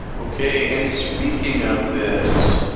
okay, and speaking of this,